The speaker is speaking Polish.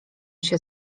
się